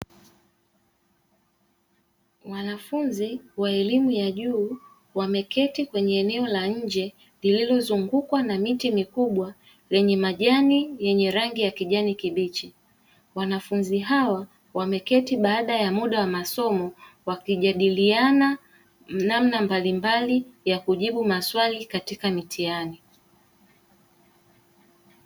Wanafunzi wa elimunya juu wameketi katika eneo la nje lililo zungukwa na miti mikubwa yenye majani yenye rangi ya kijani kibichi, wanafunzi hawa wameketi baada ya muda wa masomo wakijadiliana namna mbalimbali ya kujibu maswali katika mitihani.